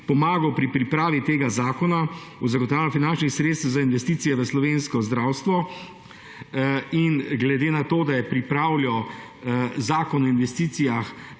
pomagal pri pripravi tega zakona o zagotavljanju finančnih sredstev za investicije v slovensko zdravstvo, in glede na to, da je Novi Sloveniji pripravljal zakon o investicijah